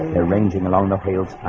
rearranging along the fields fine.